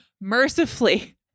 mercifully